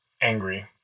angry